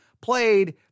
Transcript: played